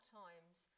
times